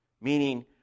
meaning